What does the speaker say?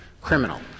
criminal